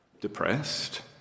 depressed